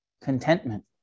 contentment